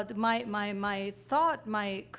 ah my my my thought my,